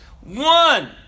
One